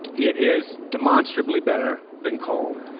it is demonstrably better than coal.